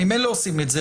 אתם ממילא עושים את זה.